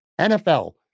NFL